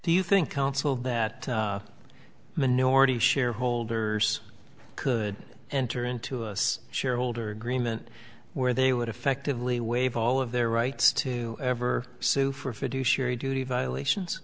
do you think counsel that minority shareholders could enter into us shareholder agreement where they would effectively waive all of their rights to ever sue for fiduciary duty violations